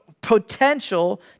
potential